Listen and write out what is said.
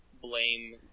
blame